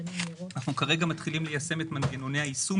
אנחנו כרגע מתחילים ליישם את מנגנוני היישום